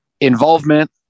involvement